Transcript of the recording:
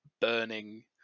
burning